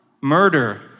murder